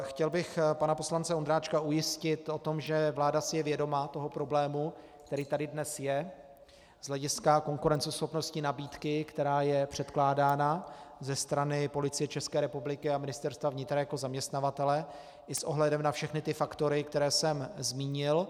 Chtěl bych pana poslance Ondráčka ujistit, že vláda si je vědoma toho problému, který tady dnes je z hlediska konkurenceschopnosti nabídky, která je předkládána ze strany Policie České republiky a Ministerstva vnitra jako zaměstnavatele, i s ohledem na všechny ty faktory, které jsem zmínil.